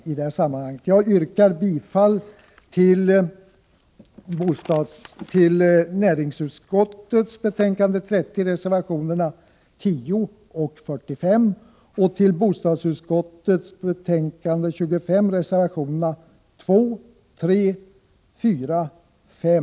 Jag yrkar bifall till reservationerna 10 och 45 i näringsutskottets betänkande 30 och till reservationerna 2, 3, 4, 5, 9 och 10 i bostadsutskottets betänkande 25.